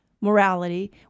morality